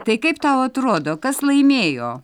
tai kaip tau atrodo kas laimėjo